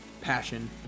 Passion